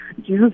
Jesus